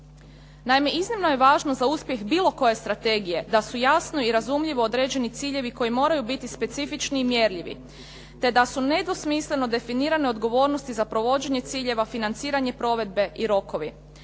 Naime, iznimno je važno za uspjeh bilo koje strategije da su jasno i razumljivo određeni ciljevi koji moraju biti specifični i mjerljivi, te da su nedvosmisleno definirane odgovornosti za provođenje ciljeva, financiranje provedbe i rokovi.